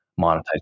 monetize